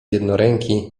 jednoręki